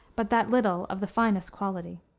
but that little of the finest quality.